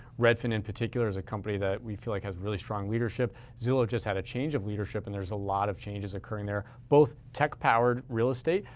redfin in particular is a company that we feel like has really strong leadership. zillow just had a change of leadership. and there's a lot of changes occurring there. both are tech-powered real estate,